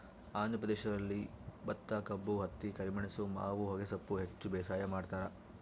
ಆಂಧ್ರ ಪ್ರದೇಶದಲ್ಲಿ ಭತ್ತಕಬ್ಬು ಹತ್ತಿ ಕರಿಮೆಣಸು ಮಾವು ಹೊಗೆಸೊಪ್ಪು ಹೆಚ್ಚು ಬೇಸಾಯ ಮಾಡ್ತಾರ